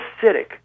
acidic